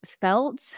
felt